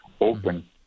open